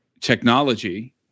technology